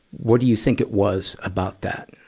what do you think it was about that?